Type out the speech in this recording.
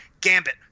Gambit